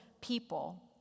people